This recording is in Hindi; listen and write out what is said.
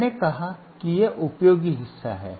मैंने कहा कि यह उपयोगी हिस्सा है